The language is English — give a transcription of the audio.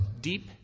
deep